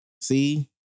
See